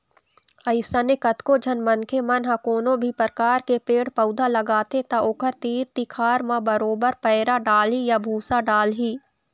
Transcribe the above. अइसने कतको झन मनखे मन ह कोनो भी परकार के पेड़ पउधा लगाथे त ओखर तीर तिखार म बरोबर पैरा डालही या भूसा डालही